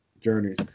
journeys